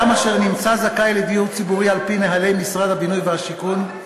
אדם אשר נמצא זכאי לדיור ציבורי על-פי נוהלי משרד הבינוי והשיכון,